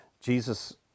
Jesus